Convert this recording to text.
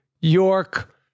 York